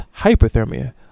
hyperthermia